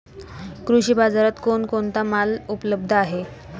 कृषी बाजारात कोण कोणता माल उपलब्ध आहे?